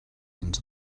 into